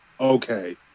okay